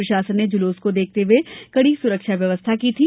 प्रशासन ने जुलूस को देखते हुए कड़ी सुरक्षा व्यवस्था की थी